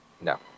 No